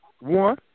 One